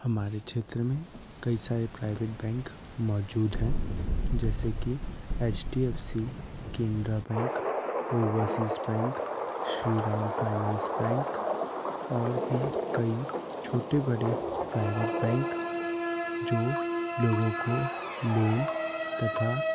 हमारे क्षेत्र में कई सारे प्राइवेट बैंक मौजूद हैं जैसे कि H D F C Canara bank overseas bank Shri Ram finance bank और भी कई छोटे बड़े प्राइवेट बैंक जो लोगों को लोन तथा